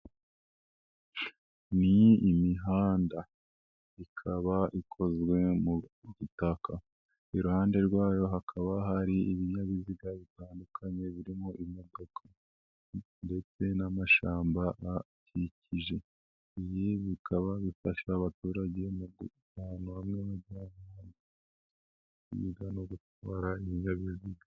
Ni imihanda ikaba ikozwe mu gitaka, iruhande rwayo hakaba hari ibinyabiziga bitandukanye birimo imodoka ndetse n'amashyamba ahakikije. Ibi bikaba bifasha abaturage bamwe bajya gutwara ibinyabiziga.